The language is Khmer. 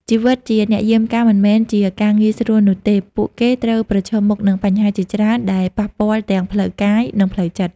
ជីវិតជាអ្នកយាមកាមមិនមែនជាការងាយស្រួលនោះទេ។ ពួកគេត្រូវប្រឈមមុខនឹងបញ្ហាជាច្រើនដែលប៉ះពាល់ទាំងផ្លូវកាយ និងផ្លូវចិត្ត។